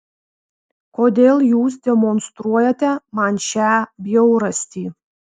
kodėl jūs demonstruojate man šią bjaurastį